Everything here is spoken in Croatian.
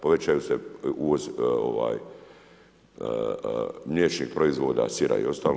Povećava se uvoz mliječnih proizvoda, sira i ostalo.